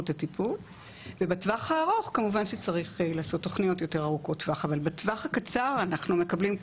בית חולים שקיבל את אישורי התקינה של כל